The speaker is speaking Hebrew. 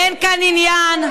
אין כאן עניין,